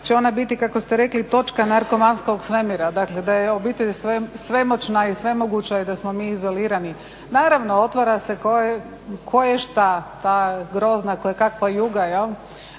će ona biti kako ste rekli točka narkomanskog svemira, dakle da je obitelj svemoćna i svemoguća i da smo mi izolirani. Naravno, otvara se koješta, ta grozna kojekakva juga,